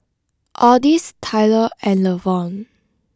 Odis Tylor and Lavon